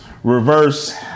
reverse